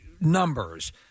numbers